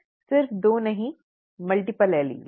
ठीक है सिर्फ 2 नहीं कई एलील